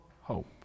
hope